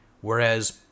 Whereas